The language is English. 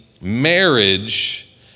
marriage